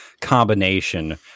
combination